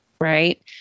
right